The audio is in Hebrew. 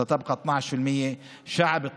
יישאר 12%; שעב,